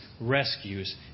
rescues